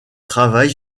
travail